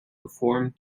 performed